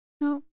No